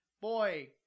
boy